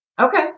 Okay